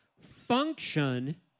function